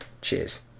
cheers